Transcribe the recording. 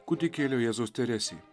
kūdikėlio jėzaus teresei